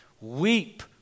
Weep